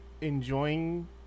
enjoying